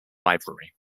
library